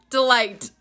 Delight